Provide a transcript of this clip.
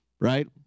right